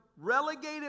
relegated